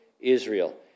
Israel